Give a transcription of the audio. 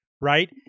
right